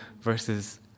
versus